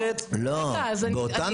רועי, באותן